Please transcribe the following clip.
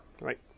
Right